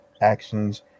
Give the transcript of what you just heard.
actions